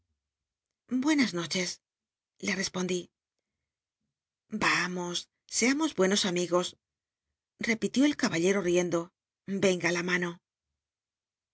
buenas noches le respondí yamos seamos buenos amigos repitió el caballero riendo enga la mano